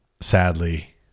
sadly